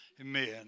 Amen